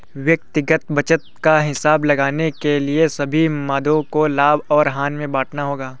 व्यक्तिगत बचत का हिसाब लगाने के लिए सभी मदों को लाभ और हानि में बांटना होगा